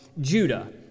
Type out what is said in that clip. Judah